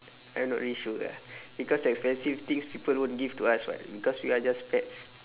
I not really sure ah because expensive things people won't give to us [what] because we are just pets